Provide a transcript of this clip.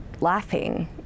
laughing